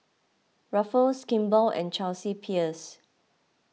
Ruffles Kimball and Chelsea Peers